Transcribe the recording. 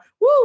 woo